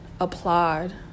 applaud